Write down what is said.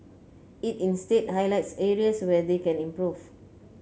it instead highlights areas where they can improve